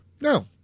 No